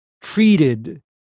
treated